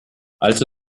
alte